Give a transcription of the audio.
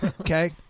Okay